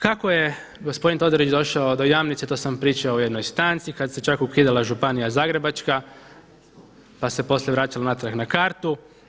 Kako je gospodin Todorić došao do Jamnice to sam vam pričao u jednoj stanci kad se čak ukidala Županija zagrebačka, pa se poslije vraćalo natrag na kartu.